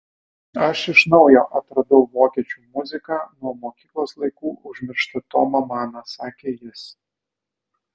aš iš naujo atradau vokiečių muziką nuo mokyklos laikų užmirštą tomą maną sakė jis